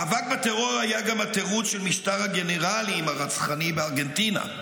מאבק בטרור היה גם התירוץ של משטר הגנרלים הרצחני בארגנטינה,